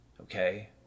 okay